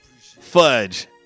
Fudge